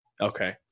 okay